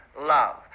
love